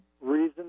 reason